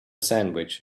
sandwich